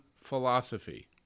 philosophy